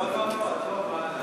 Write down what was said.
לא לא לא, עזוב, נלך לאיבוד שם.